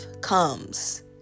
comes